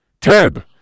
ted